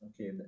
okay